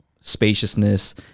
spaciousness